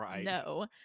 no